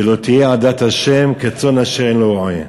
ולא תהיה עדת ה' כצאן אשר אין לו רועה.